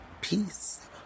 peace